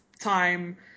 time